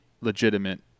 legitimate